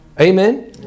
Amen